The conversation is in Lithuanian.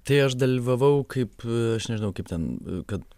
tai aš dalyvavau kaip aš nežinau kaip ten kad